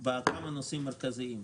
בכמה נושאים מרכזיים.